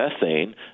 methane